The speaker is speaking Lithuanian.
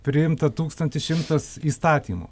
priimta tūkstantis šimtas įstatymų